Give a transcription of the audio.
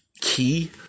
key